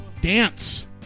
dance